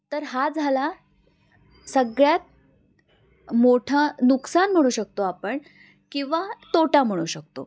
तर हा झाला सगळ्यात मोठं नुकसान म्हणू शकतो आपण किंवा तोटा म्हणू शकतो